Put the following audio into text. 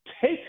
take